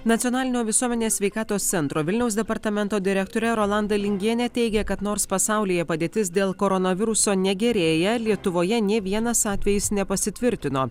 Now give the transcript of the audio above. nacionalinio visuomenės sveikatos centro vilniaus departamento direktorė rolanda lingienė teigia kad nors pasaulyje padėtis dėl koronaviruso negerėja lietuvoje nė vienas atvejis nepasitvirtino